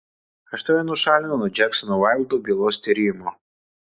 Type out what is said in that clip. aš tave nušalinu nuo džeksono vaildo bylos tyrimo